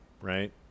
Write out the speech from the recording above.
right